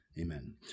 Amen